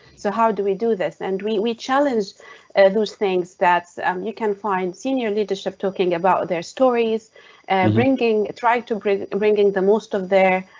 so how do we do this? and we challenge those things that um you can find senior leadership talking about their stories and bringing trying to bring in the most of their.